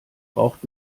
braucht